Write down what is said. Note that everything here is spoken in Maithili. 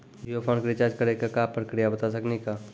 जियो फोन के रिचार्ज करे के का प्रक्रिया बता साकिनी का?